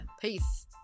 Peace